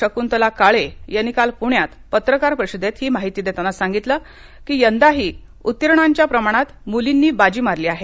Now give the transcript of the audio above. शकृंतला काळे यांनी काल पृण्यात पत्रकार परिषदेत ही माहिती देताना सांगितलं की यंदाही उत्तीर्णांच्या प्रमाणात मुलींनी बाजी मारली आहे